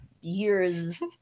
years